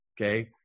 okay